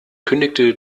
kündigte